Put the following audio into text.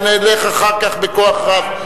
ונלך אחר כך בכוח רב.